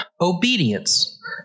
obedience